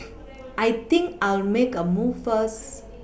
I think I'll make a move first